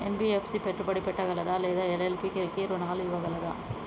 NBFC పెట్టుబడి పెట్టగలదా లేదా ఎల్.ఎల్.పి కి రుణాలు ఇవ్వగలదా?